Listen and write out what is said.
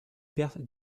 perte